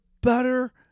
better